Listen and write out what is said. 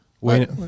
Wait